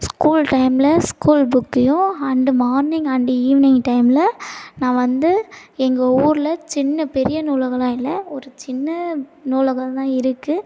school டைமில் school புக்கையும் and morning and evening டைமில் நான் வந்து எங்கள் ஊரில் சின்ன பெரிய நூலகமெலாம் இல்லை ஒரு சின்ன நூலகம் தான் இருக்குது